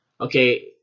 Okay